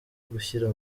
gushyira